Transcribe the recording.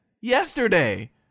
yesterday